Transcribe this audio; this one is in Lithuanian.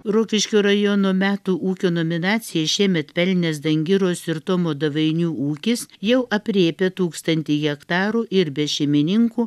rokiškio rajono metų ūkio nominaciją šiemet pelnęs dangiros ir tomo davainių ūkis jau aprėpia tūkstantį hektarų ir be šeimininkų